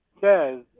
says